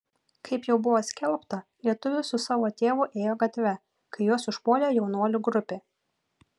kaip jau buvo skelbta lietuvis su savo tėvu ėjo gatve kai juos užpuolė jaunuolių grupė